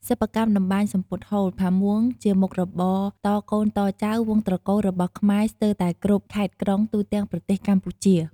សិប្បកម្មតម្បាញសំពត់ហូល ផាមួងជាមុខរបរតកូនតចៅវង្សត្រកូលរបស់ខ្មែរស្ទើរតែគ្រប់ខេត្ត-ក្រុងទូទាំងប្រទេសកម្ពុជា។